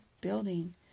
building